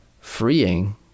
freeing